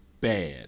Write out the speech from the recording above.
bad